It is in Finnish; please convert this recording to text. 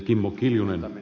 arvoisa puhemies